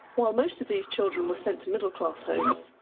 while most of these children were sent to middle class homes,